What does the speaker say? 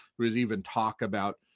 we'd even talk about,